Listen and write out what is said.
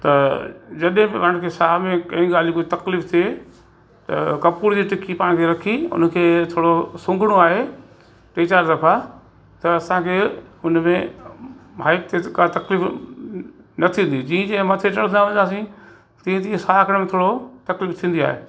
त जॾहिं ब पाण खे साह में काई ॻाल्हि जी तकलीफ़ थिए त कपूर जी टिक्की पाण खे रख उनखे थोरो सूंघणो आहे टे चार दफ़ा त असांखे उनमें हाइट ते का तक़लीफ़ु न थींदी जीअं जीअं मथे चढ़ंदा वेंदासीं तीअं तीअं साह खणण में थोरो तक़लीफ़ु थींदी आहे